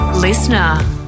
Listener